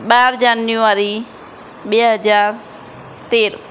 બાર જાન્યુઆરી બે હજાર તેર